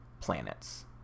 planets